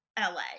la